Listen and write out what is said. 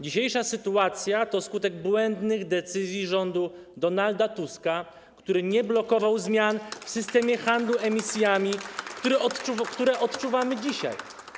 Dzisiejsza sytuacja to skutek błędnych decyzji rządu Donalda Tuska, który nie blokował zmian w systemie handlu emisjami, co odczuwamy dzisiaj.